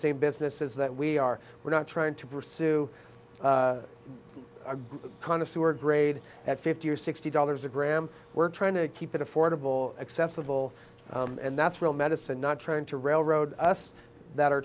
same businesses that we are we're not trying to pursue a kind of sewer grade at fifty or sixty dollars a gram we're trying to keep it affordable accessible and that's real medicine not trying to railroad us that are